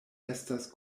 estas